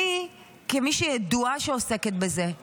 אני כמי שידועה שעוסקת בזה,